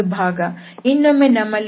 ಇನ್ನೊಮ್ಮೆ ನಮ್ಮಲ್ಲಿ x2y236 ಈ ಸಿಲಿಂಡರ್ ಇದೆ